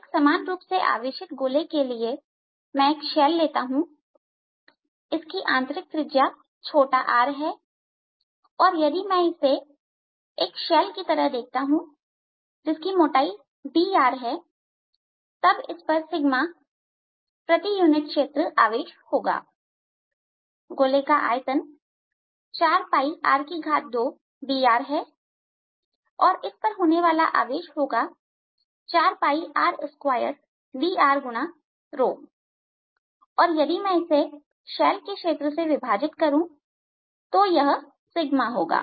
एक समान रुप से आवेशित गोले के लिए मैं एक शैल लेता हूं इसकी आंतरिक त्रिज्या छोटा r है और यदि मैं इसे एक शैल की तरह देखता हूं जिस की मोटाई dr है तब इस पर प्रति यूनिट क्षेत्र आवेश होगा गोले का आयतन 4r2dr है और इस पर होने वाला आवेश होगा 4r2drऔर यदि मैं इसे शैल के क्षेत्र से विभाजित करूं तो यह होगा